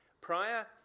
Prior